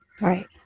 Right